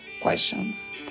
questions